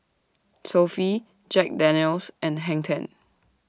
Sofy Jack Daniel's and Hang ten